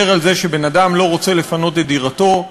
על זה שבן-אדם לא רוצה לפנות את דירתו.